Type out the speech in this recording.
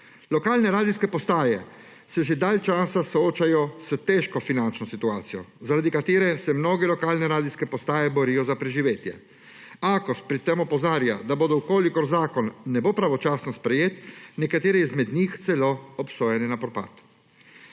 Lokalne radijske postaje se že dalj časa soočajo s težko finančno situacijo, zaradi katere se mnoge lokalne radijske postaje borijo za preživetje. Akos pri tem opozarja, da bodo, v kolikor zakon ne bo pravočasno sprejet, nekatere izmed njih celo obsojene na propad.